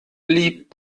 blieb